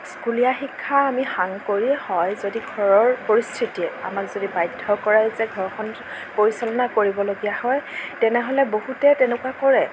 স্কুলীয়া শিক্ষা আমি সাং কৰি হয় যদি ঘৰৰ পৰিস্থিতিয়ে আমাক যদি বাধ্য় কৰায় যে ঘৰখন পৰিচালনা কৰিবলগীয়া হয় তেনেহ'লে বহুতেই তেনেকুৱা কৰে